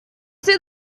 see